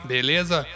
Beleza